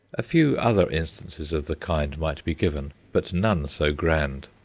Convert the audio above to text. a few other instances of the kind might be given but none so grand.